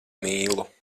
mīlu